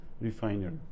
refiner